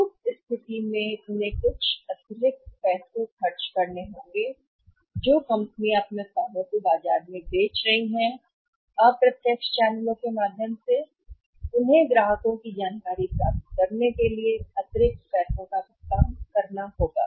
उस स्थिति में उन्हें कुछ अतिरिक्त पैसे खर्च करने होंगे कंपनियां अपने उत्पादों को बाजार में बेच रही थीं जो उनके पास अप्रत्यक्ष चैनलों के माध्यम से हैं ग्राहक की जानकारी प्राप्त करने के लिए अतिरिक्त पैसे का भुगतान करना होगा